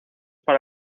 para